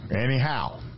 anyhow